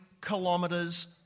kilometers